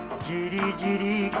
da da da da